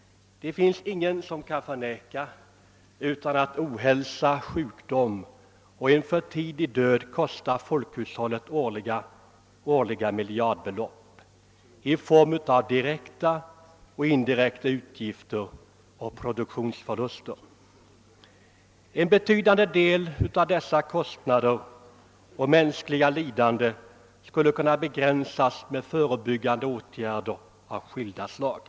Ingen kan förneka att ohälsa, sjukdom och en för tidig död årligen kostar folkhushållet miljardbelopp i form av direkta och indirekta utgifter och produktionsförluster. En betydande del av dessa kostnader och det mänskliga lidandet skulle kunne begränsas med förebyggande åtgärder av skilda slag.